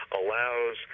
allows